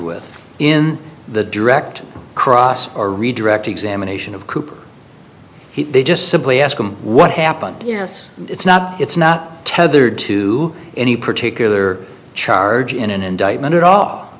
with in the direct cross or redirect examination of cooper he they just simply ask him what happened yes it's not it's not tethered to any particular charge in an indictment at all